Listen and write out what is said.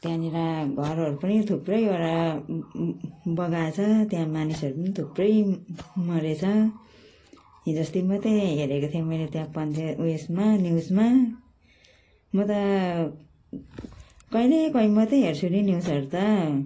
त्यहाँनिर घरहरू पनि थुप्रैवटा बगाएछ त्यहाँ मानिसहरू पनि थुप्रै मरेछ हिजोअस्ति मात्रै हेरेको थिएँ मैले त्यहाँ पन्च उयसमा न्युजमा म त कहिले कहिले मात्रै हेर्छु नि न्युजहरू त